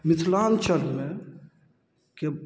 मिथिलाञ्चलमे के